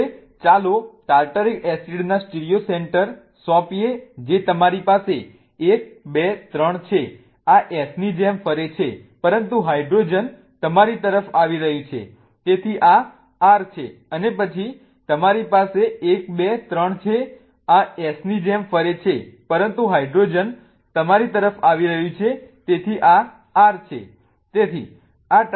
હવે ચાલો ટાર્ટરિક એસિડના સ્ટીરિયો સેન્ટર સોંપીએ જે તમારી પાસે 1 2 3 છે આ S ની જેમ ફરે છે પરંતુ હાઇડ્રોજન તમારી તરફ આવી રહ્યું છે તેથી આ R છે અને પછી તમારી પાસે 1 2 3 છે આ Sની જેમ ફરે છે પરંતુ હાઇડ્રોજન તમારી તરફ આવી રહ્યું છે તેથી આ R છે